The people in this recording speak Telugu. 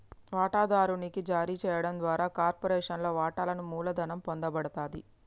వాటాదారునికి జారీ చేయడం ద్వారా కార్పొరేషన్లోని వాటాలను మూలధనం పొందబడతది